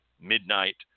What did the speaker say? midnight